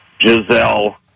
Giselle